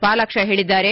ಪಾಲಾಕ್ಷ ಹೇಳದ್ದಾರೆ